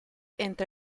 entre